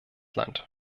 land